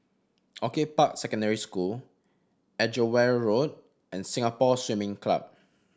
Orchid Park Secondary School Edgeware Road and Singapore Swimming Club